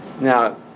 Now